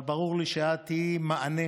אבל ברור לי שאת תהיי מענה